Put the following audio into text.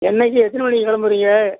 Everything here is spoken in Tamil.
என்றைக்கு எத்தனி மணிக்கு கிளம்புறீங்க